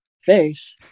face